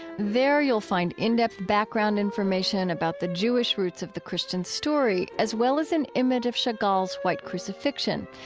there you'll find in-depth background information about the jewish roots of the christian story, as well as an image of chagall's white crucifixion.